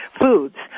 foods